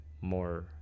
more